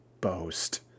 boast